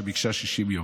שביקשה 60 יום.